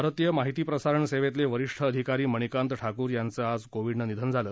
भारतीय माहिती प्रसारण सेवेतले वरीष्ठ अधिकारी मणिकांत ठाकूर यांचं आज कोविङनं निधन झालं